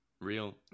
Real